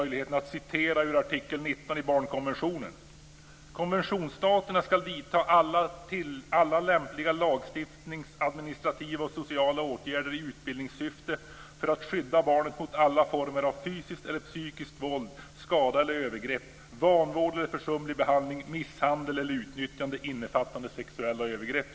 Jag citerar ur artikel 19 i barnkonventionen: Konventionsstaterna ska vidta alla lämpliga lagstiftningsåtgärder, administrativa och sociala åtgärder i utbildningssyfte för att skydda barnet mot alla former av fysiskt eller psykiskt våld, skada eller övergrepp, vanvård eller försumlig behandling, misshandel eller utnyttjande, innefattande sexuella övergrepp.